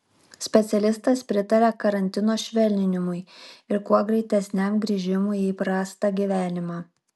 specialistas pritaria karantino švelninimui ir kuo greitesniam grįžimui į įprastą gyvenimą